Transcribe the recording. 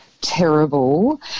terrible